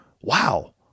wow